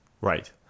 Right